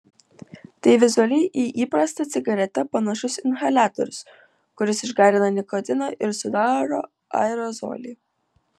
tai vizualiai į įprastą cigaretę panašus inhaliatorius kuris išgarina nikotiną ir sudaro aerozolį